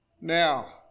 now